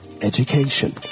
education